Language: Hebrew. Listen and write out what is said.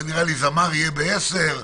זמר יהיה ב-10,